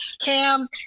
Cam